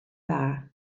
dda